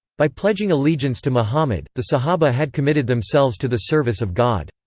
by pledging allegiance to muhammad, the sahabah had committed themselves to the service of god.